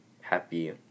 happy